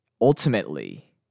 ultimately